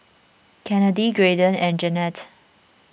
Kennedy Graydon and Jannette